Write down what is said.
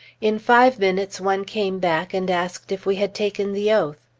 in five minutes one came back, and asked if we had taken the oath.